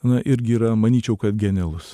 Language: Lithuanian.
na irgi yra manyčiau kad genialus